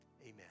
amen